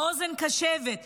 אוזן קשבת ורגישות,